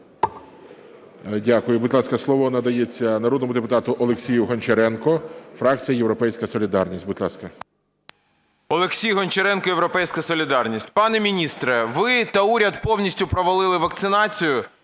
Дякую. Будь ласка, слово надається народному депутату Олексію Гончаренку, фракція "Європейська солідарність". Будь ласка. 10:49:54 ГОНЧАРЕНКО О.О. Олексій Гончаренко, "Європейська солідарність". Пане міністре, ви та уряд повністю провалили вакцинацію.